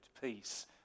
peace